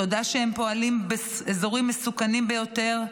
תודה על שהם פועלים באזורים מסוכנים ביותר,